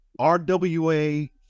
RWA